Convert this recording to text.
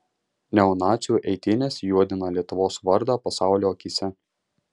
neonacių eitynės juodina lietuvos vardą pasaulio akyse